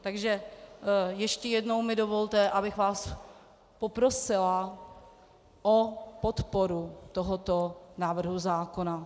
Takže ještě jednou mi dovolte, abych vás poprosila o podporu tohoto návrhu zákona.